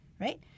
Right